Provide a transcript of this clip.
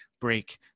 break